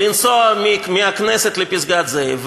לנסוע מהכנסת לפסגת-זאב,